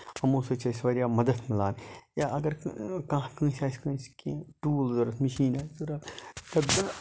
تِمَو سۭتۍ چھُ اَسہِ واریاہ مدد مِلان یا اَگر کانہہ کٲنسہِ آسہِ کٲنسہِ کیٚنہہ ٹوٗل ضوٚرتھ مِشیٖن آسہِ ضوٚرتھ